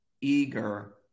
eager